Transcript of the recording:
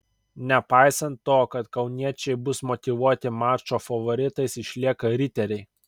nepaisant to kad kauniečiai bus motyvuoti mačo favoritais išlieka riteriai